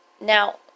Now